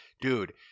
dude